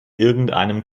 irgendeinem